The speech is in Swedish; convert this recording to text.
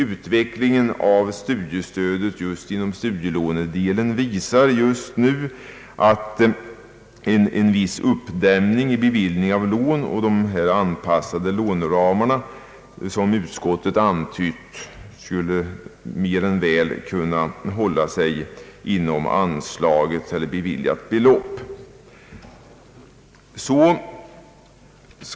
Utvecklingen av studiestödet i fråga om studielånen visar just nu att man har en viss uppdämning i beviljandet av lån, och de anpassade låneramarna — som utskottet antytt — mer än väl skulle kunna hålla sig inom beviljat belopp.